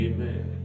Amen